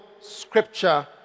scripture